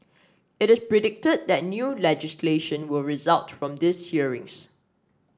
it is predicted that new legislation will result from these hearings